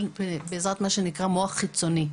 בעזרת משהו שנקרא מוח חיצוני,